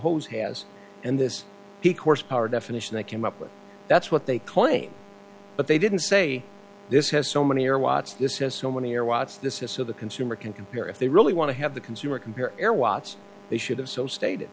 hose has and this course power definition they came up with that's what they claim but they didn't say this has so many are watts this has so many are watts this is so the consumer can compare if they really want to have the consumer compare air watts they should have so state